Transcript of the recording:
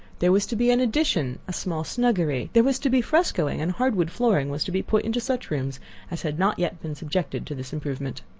there was to be an addition a small snuggery there was to be frescoing, and hardwood flooring was to be put into such rooms as had not yet been subjected to this improvement.